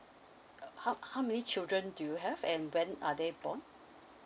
uh how how many children do you have and when are they born